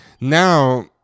now